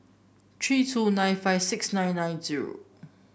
three two nine five six nine nine zero